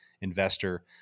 investor